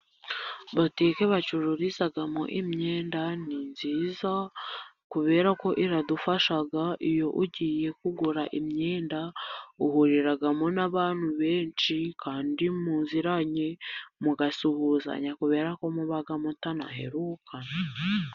Botike bacururizamo imyenda ni nziza, kubera ko iradufasha iyo ugiye kugura imyenda uhuriramo n'abantu benshi kandi muziranye mugasuhuzanya kubera ko muba mudaherukana.